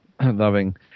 loving